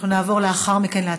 נעבור לאחר מכן להצבעה.